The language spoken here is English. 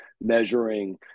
measuring